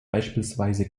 beispielsweise